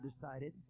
decided